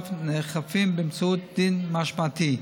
שאף נאכפים באמצעות דין משמעתי.